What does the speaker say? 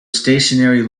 stationary